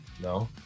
No